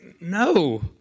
no